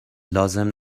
لازم